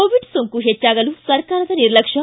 Covid ಸೋಂಕು ಪೆಚ್ಚಾಗಲು ಸರ್ಕಾರದ ನಿರ್ಲಕ್ಷ ್ಯ